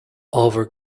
ábhar